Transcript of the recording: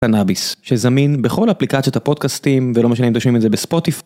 קנאביס שזמין בכל אפליקציות הפודקסטים ולא משנה אם אתם שומעים את זה בספוטיפי.